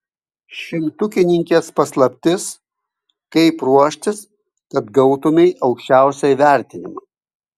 šimtukininkės paslaptis kaip ruoštis kad gautumei aukščiausią įvertinimą